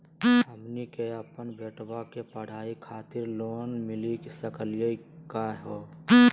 हमनी के अपन बेटवा के पढाई खातीर लोन मिली सकली का हो?